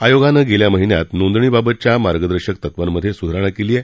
आयोगानं गेल्या महिन्यात नोंदणीबाबतच्या मार्गदर्शक तत्त्वांमधे सुधारणा केली आहे